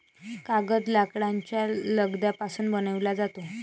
कागद लाकडाच्या लगद्यापासून बनविला जातो